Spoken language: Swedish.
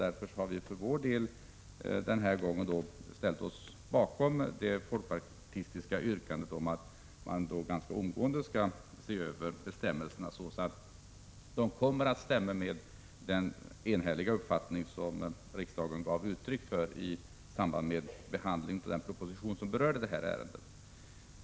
Vi har därför den här gången ställt oss bakom folkpartiets yrkande om att man ganska omgående skall se över bestämmelserna, så att de stämmer överens med den enhälliga uppfattning som riksdagen gav uttryck för i samband med behandlingen av den proposition som berörde denna fråga.